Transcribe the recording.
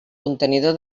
contenidor